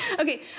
Okay